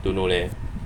don't know leh